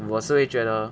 我是会觉得